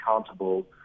accountable